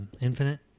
Infinite